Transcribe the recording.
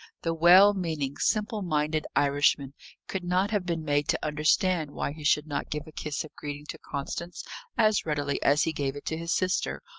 the well-meaning, simple-minded irishman could not have been made to understand why he should not give a kiss of greeting to constance as readily as he gave it to his sister,